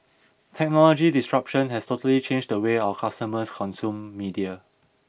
technological disruption has totally changed the way our customers consume media